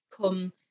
come